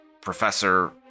Professor